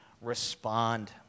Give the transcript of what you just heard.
respond